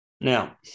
Now